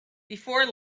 before